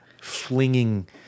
flinging